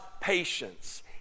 patience